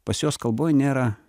pas juos kalboj nėra